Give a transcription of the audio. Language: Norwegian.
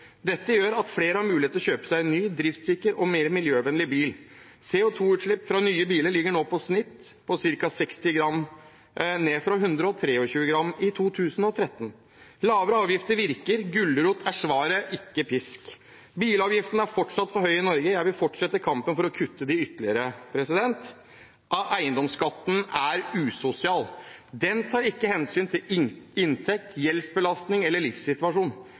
Dette gjør at flere har mulighet til å kjøpe seg en ny, driftssikker og mer miljøvennlig bil. CO 2 -utslippet fra nye biler ligger nå på et snitt på ca. 60 gram, ned fra 123 gram i 2013. Lavere avgifter virker. Gulrot er svaret, ikke pisk. Bilavgiftene er fortsatt for høye i Norge. Jeg vil fortsette kampen for å kutte dem ytterligere. Eiendomsskatten er usosial. Den tar ikke hensyn til inntekt, gjeldsbelastning eller livssituasjon.